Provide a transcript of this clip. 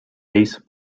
ace